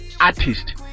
artist